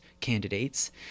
candidates